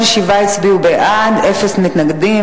היזהרו בבני עניים שמהם תצא תורה.